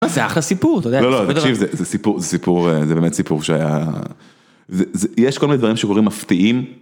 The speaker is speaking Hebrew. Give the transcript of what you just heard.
זה אחלה סיפור, זה באמת סיפור שהיה, יש כל מיני דברים שקורים מפתיעים.